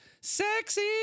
sexy